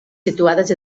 situades